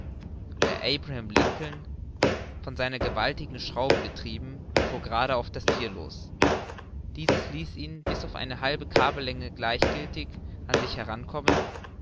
der abraham lincoln von seiner gewaltigen schraube getrieben fuhr gerade auf das thier los dieses ließ ihn bis auf halbe kabellänge gleichgiltig an sich heran